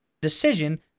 decision